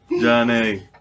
Johnny